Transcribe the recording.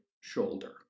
shoulder